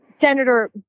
Senator